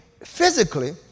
physically